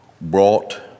brought